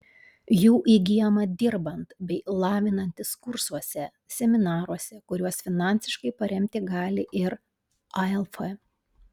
jų įgyjama dirbant bei lavinantis kursuose seminaruose kuriuos finansiškai paremti gali ir alf